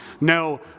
no